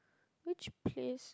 would you please